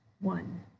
one